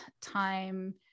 time